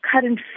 current